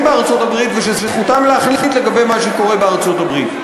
בארצות-הברית ושזכותם להחליט לגבי מה שקורה בארצות-הברית.